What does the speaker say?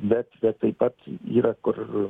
bet bet taip pat yra kur